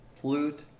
flute